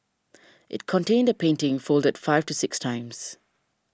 it contained a painting folded five to six times